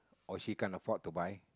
or she can't afford to buy